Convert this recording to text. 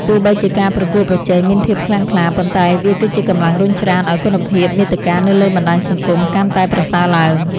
ទោះបីជាការប្រកួតប្រជែងមានភាពខ្លាំងក្លា ប៉ុន្តែវាគឺជាកម្លាំងរុញច្រានឱ្យគុណភាពមាតិកានៅលើបណ្ដាញសង្គមកាន់តែប្រសើរឡើង។